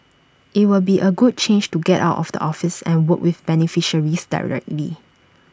IT would be A good change to get out of the office and work with beneficiaries directly